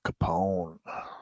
Capone